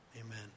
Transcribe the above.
amen